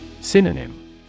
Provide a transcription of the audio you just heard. Synonym